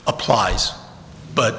applies but